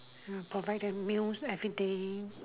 provide them meals everyday